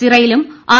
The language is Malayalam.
സിറയിലും ആർ